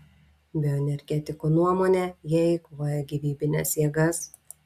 bioenergetikų nuomone jie eikvoja gyvybines jėgas